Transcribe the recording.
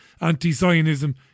Anti-Zionism